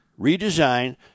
redesign